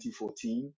2014